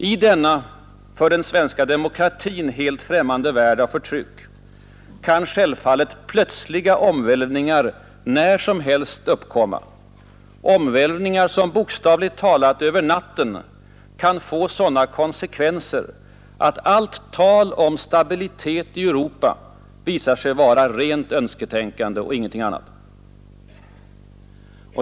I denna för den svenska demokratin helt främmande värld av förtryck kan självfallet plötsliga omvälvningar när som helst uppkomma, omvälvningar som bokstavligt talat över natten kan få sådana konsekvenser att allt tal om stabilitet i Europa visar sig vara rent önsketänkande och ingenting annat.